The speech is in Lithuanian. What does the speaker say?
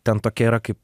ten tokia yra kaip